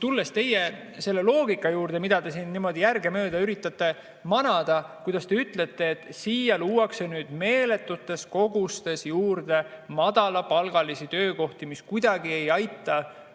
tulen teie loogika juurde, mida te siin niimoodi järgemööda üritate manada. Te ütlete, et siia luuakse meeletutes kogustes juurde madalapalgalisi töökohti, mis kuidagi ei aita kaasa